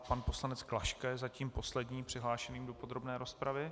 Pan poslanec Klaška je zatím posledním přihlášeným do podrobné rozpravy.